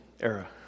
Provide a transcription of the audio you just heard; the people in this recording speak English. era